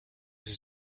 his